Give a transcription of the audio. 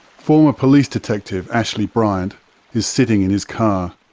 former police detective ashley bryant is sitting in his car.